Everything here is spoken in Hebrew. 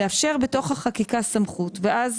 לאפשר בתוך החקיקה סמכות, ואז